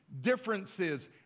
differences